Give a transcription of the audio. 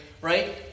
right